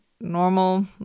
normal